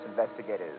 investigators